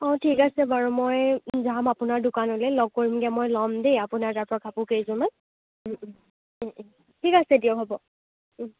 অ ঠিক আছে বাৰু মই যাম আপোনাৰ দোকানলৈ লগ কৰিমগৈ মই ল'ম দেই আপোনাৰ তাৰ পৰা কাপোৰ কেইযোৰমান ও ও ও ও ঠিক আছে দিয়ক হ'ব ও